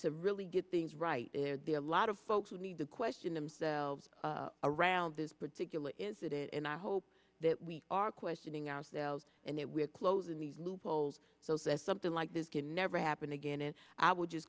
to really get things right there be a lot of folks who need to question themselves around this particular incident and i hope that we are questioning ourselves and that we're closing the loopholes so says something like this can never happen again and i would just